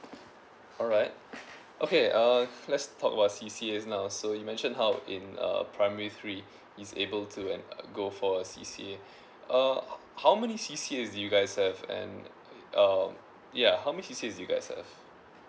alright okay uh let's talk about C_C_A now so you mention how in uh primary three is able to an uh go for C_C_A err how many C_C_A you guys have and um ya how many C_C_A you guys have